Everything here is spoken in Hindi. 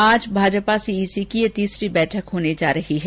आज भाजपा सीईसी की यह तीसरी बैठक होने जा रही है